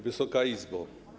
Wysoka Izbo!